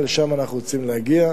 לשם אנחנו רוצים להגיע.